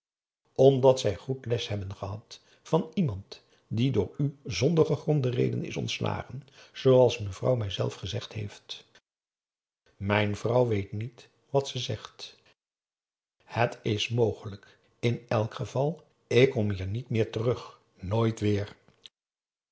omdat zij goed les hebben gehad van iemand die door u zonder gegronde reden is ontslagen zooals mevrouw mij zelf gezegd heeft mijn vrouw weet niet wat ze zegt het is mogelijk in elk geval ik kom hier niet meer terug nooit wêer